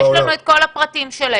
יש לנו את כל הפרטים שלהם,